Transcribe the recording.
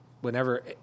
Whenever